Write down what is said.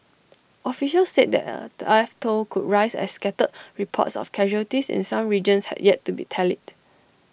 officials said the death toll could rise as scattered reports of casualties in some regions had yet to be tallied